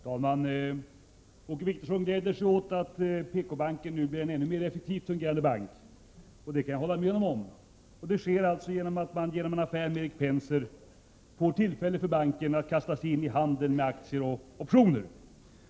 Herr talman! Åke Wictorsson gläder sig åt att PKbanken nu blir en ännu mer effektivt fungerande bank, och det kan jag hålla med honom om. Det sker alltså genom att banken genom en affär med Erik Penser får tillfälle att kasta sig in i handeln med aktier och optioner.